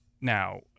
now